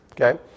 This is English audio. okay